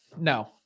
no